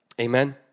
Amen